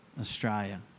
Australia